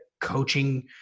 coaching